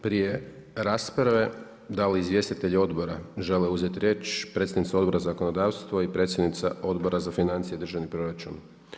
Prije rasprave, da li izvjestitelj odbora želi uzeti riječ, predsjednica Odbora za zakonodavstvo i predsjednica Odbora za financije i državni proračun?